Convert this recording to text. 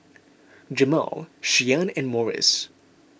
Jamal Shianne and Morris